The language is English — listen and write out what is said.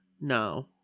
No